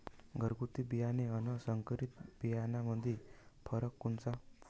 घरगुती बियाणे अन संकरीत बियाणामंदी फरक कोनचा?